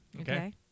Okay